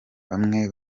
bamwe